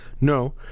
No